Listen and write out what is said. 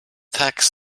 tax